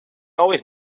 always